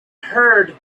heard